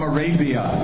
Arabia